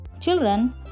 children